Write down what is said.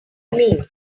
mean